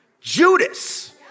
Judas